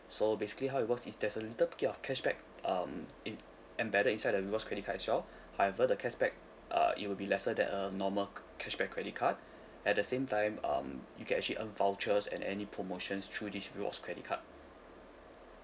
so basically how it works is there's a little bit of cashback um it embedded inside the rewards credit card as well however the cashback uh it will be lesser than a normal cashback credit card at the same time um you can actually earn vouchers and any promotions through this rewards credit card